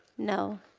no.